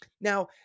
Now